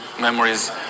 memories